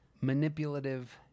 manipulative